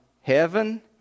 heaven